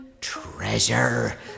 Treasure